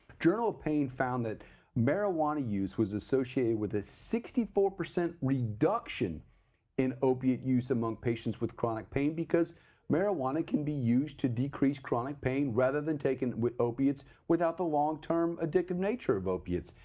journal pain found that marijuana use was associated with a sixty four percent reduction in opiate use among patients with chronic pain because marijuana can be used to decrease chronic pain rather than taken with opiates without the longterm addictive nature of opiates.